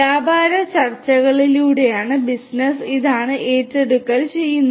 വ്യാപാര ചർച്ചകളിലൂടെ ബിസിനസ്സ് ഇതാണ് ഏറ്റെടുക്കൽ ചെയ്യുന്നത്